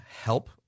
help